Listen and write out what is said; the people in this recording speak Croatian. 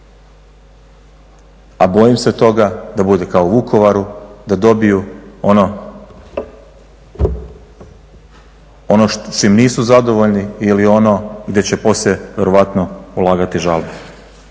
a bojim se toga da bude kao u Vukovaru, da dobiju ono s čim nisu zadovoljni ili ono gdje će poslije vjerojatno ulagati žalbu.